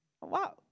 Wow